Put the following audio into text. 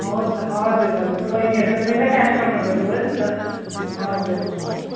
हो त हजुर हजुर बहिनीहरू त मेरै कस्टमरहरू हो नि त हजुर